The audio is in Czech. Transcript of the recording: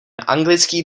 anglický